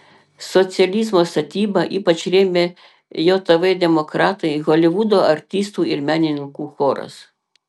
socializmo statybą ypač rėmė jav demokratai holivudo artistų ir menininkų choras